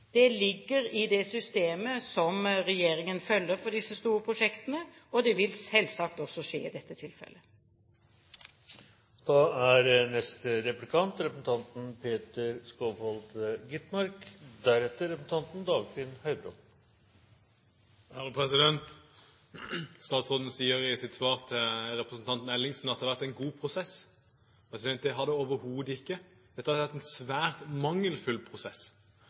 Det ligger i det systemet som regjeringen følger for disse store prosjektene, og det vil selvsagt også skje i dette tilfellet. Statsråden sier i sitt svar til representanten Ellingsen at det har vært en god prosess. Det har det overhodet ikke vært. Dette har vært en svært mangelfull prosess.